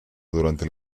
durante